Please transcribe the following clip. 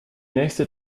nächste